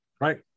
Right